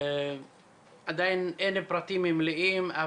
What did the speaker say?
עדיין אין פרטים מלאים,